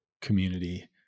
community